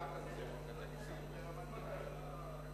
עכשיו להסתייגות השנייה לסעיף 20 הצבעה על ההסתייגות.